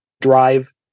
drive